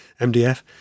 MDF